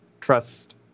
trust